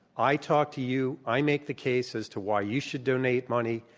i talk to you. i make the case as to why you should donate money,